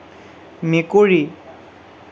মেকুৰী